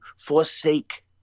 forsake